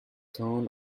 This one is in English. turn